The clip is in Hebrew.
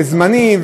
וזמנים,